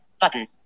Button